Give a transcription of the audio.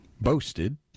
boasted